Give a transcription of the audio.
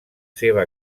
seva